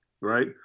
right